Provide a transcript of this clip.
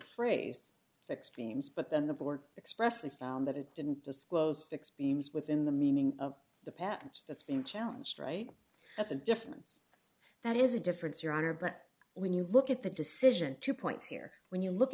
phrase fixed beams but then the board expressly found that it didn't disclose bixby aims within the meaning of the patent that's being challenged right at the difference that is a difference your honor but when you look at the decision two points here when you look